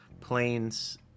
planes